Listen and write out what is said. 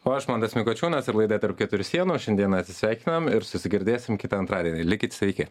o aš mantas mikučiūnas ir laida tarp keturių sienų šiandieną atsisveikinam ir susigirdėsim kitą antradienį ir likit sveiki